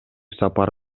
сапар